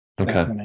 Okay